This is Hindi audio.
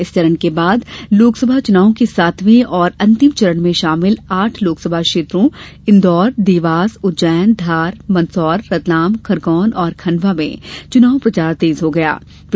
इस चरण के बाद लोकसभा चुनावों के सातवें और अंतिम चरण में शामिल आठ लोकसभा क्षेत्रों इन्दौर देवास उज्जैन धार मंदसौर रतलाम खरगोन और खंडवा में चुनाव प्रचार तेज हो जायेगा